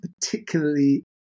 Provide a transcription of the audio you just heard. particularly